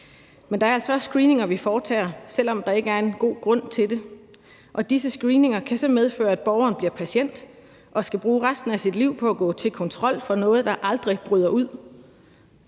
Men der er altså også screeninger, vi foretager, selv om der ikke er en god grund til det, og disse screeninger kan så medføre, at borgeren bliver patient og skal bruge resten af sit liv på at gå til kontrol for noget, der aldrig bryder ud.